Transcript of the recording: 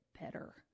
better